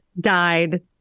died